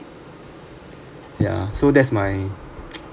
yeah so that's my